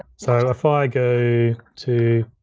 so if i go to,